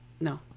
no